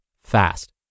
fast